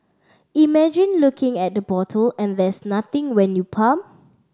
imagine looking at the bottle and there's nothing when you pump